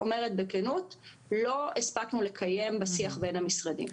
אני אומרת בכנות לא הספקנו לקיים בשיח בין המשרדים.